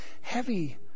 heavy